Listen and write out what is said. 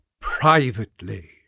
privately